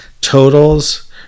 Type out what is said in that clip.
Totals